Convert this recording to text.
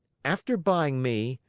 after buying me,